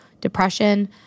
depression